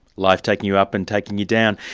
life taking you up and taking you down.